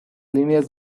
líneas